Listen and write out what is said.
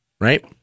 right